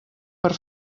per